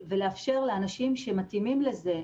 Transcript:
לאפשר לאנשים שמתאימים לזה,